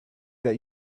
that